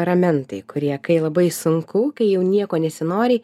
ramentai kurie kai labai sunku kai jau nieko nesinori